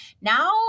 now